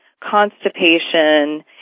constipation